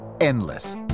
endless